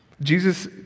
Jesus